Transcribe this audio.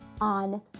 on